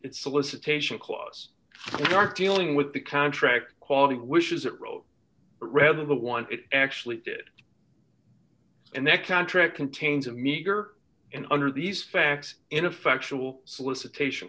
its solicitation clause are dealing with the contract quality wishes it wrote rather than the one it actually did and that contract contains a meager and under these facts ineffectual solicitation